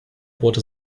bohrte